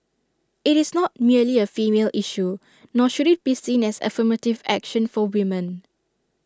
IT is not merely A female issue nor should IT be seen as affirmative action for women